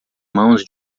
mãos